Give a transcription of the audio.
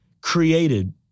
created